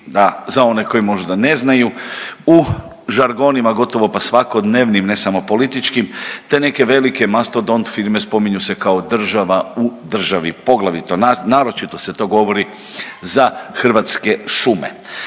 za one koji možda ne znaju, u žargonima, gotovo pa svakodnevnim, ne samo političkim te neke velike mastodont firme spominju se kao država u državi. Poglavito, naročito se to govori za hrvatske šume.